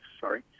sorry